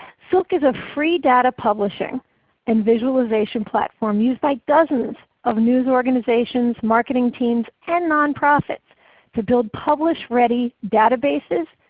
silk is a free data publishing and visualization platform used by dozens of news organizations, marketing teams, and nonprofits to build publish ready databases,